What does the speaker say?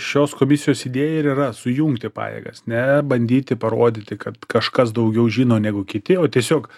šios komisijos idėja ir yra sujungti pajėgas ne bandyti parodyti kad kažkas daugiau žino negu kiti o tiesiog